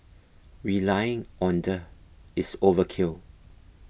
relying on the is overkill